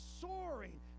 soaring